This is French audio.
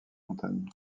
montagne